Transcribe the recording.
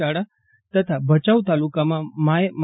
શાળા અને ભચાઉ તાલુકામાં માય મા